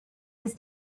his